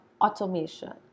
automation